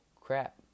crap